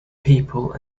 people